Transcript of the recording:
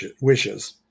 Wishes